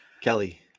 Kelly